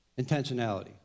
Intentionality